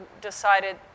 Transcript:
decided